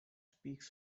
speaks